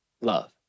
love